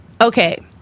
okay